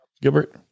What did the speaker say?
Gilbert